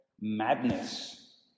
madness